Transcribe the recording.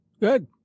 Good